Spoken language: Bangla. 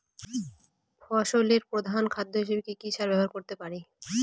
ফসলের প্রধান খাদ্য হিসেবে কি কি সার ব্যবহার করতে পারি?